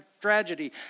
tragedy